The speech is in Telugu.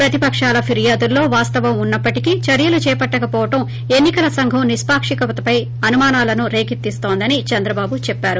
ప్రతిపక్షాల ఫిర్యాదుల్లో వాస్తవం ఉన్న ప్పటికీ చర్యలు చేపట్టకవోవడం ఎన్ని కల సంఘం నిష్పాకికతపై అనుమానాలను రేకెత్తిస్తోందని చంద్రబాబు చెప్పారు